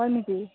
হয় নেকি